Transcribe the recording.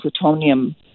plutonium